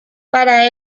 para